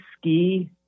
ski